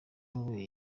wowe